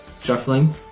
shuffling